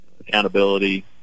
accountability